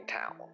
town